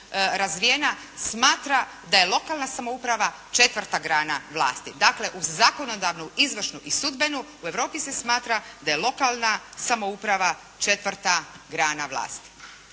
razvijena smatra da je lokalna samouprava četvrta grana vlasti. Dakle, uz zakonodavnu, izvršnu i sudbenu u Europi se smatra da je lokalna samouprava četvrta grana vlasti.